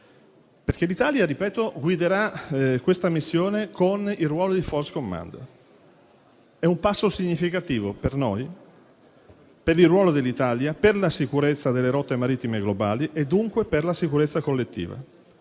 perché l'Italia guiderà questa missione con il ruolo di *force commander*. È un passo significativo per noi, per il ruolo dell'Italia, per la sicurezza delle rotte marittime globali e dunque per la sicurezza collettiva.